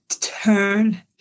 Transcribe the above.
turn